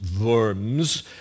Worms